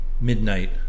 Midnight